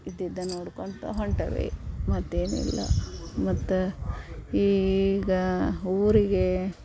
ಇದ್ದಿದ್ದೇ ನೋಡ್ಕೊತ ಹೊಂಟವಿ ಮತ್ತೇನೂ ಇಲ್ಲ ಮತ್ತು ಈಗೀಗ ಊರಿಗೆ